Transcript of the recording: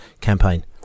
campaign